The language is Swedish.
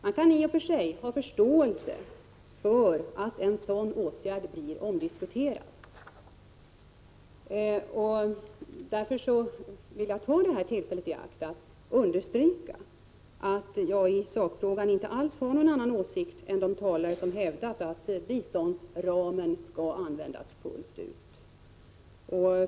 Man kan i och för sig ha förståelse för att en sådan åtgärd blir omdiskuterad, och därför vill jag ta tillfället i akt att understryka att jag i sakfrågan inte har någon annan åsikt än de talare som hävdat att biståndsramen skall användas fullt ut.